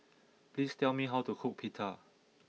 please tell me how to cook Pita